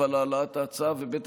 על העלאת ההצעה, ב.